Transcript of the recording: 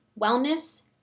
wellness